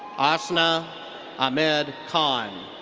asna ahmed khan.